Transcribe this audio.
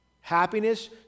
happiness